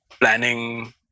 planning